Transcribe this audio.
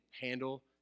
handle